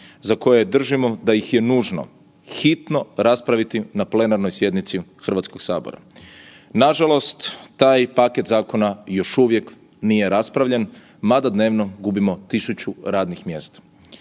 za koje držimo da ih je nužno hitno raspraviti na plenarnoj sjednici Hrvatskog sabora. Nažalost taj paket zakona još uvijek nije raspravljen mada dnevno gubimo 1.000 radnih mjesta.